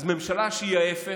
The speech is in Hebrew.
ממשלה שהיא ההפך,